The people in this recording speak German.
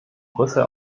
brüssel